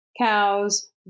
cows